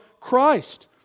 Christ